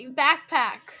...backpack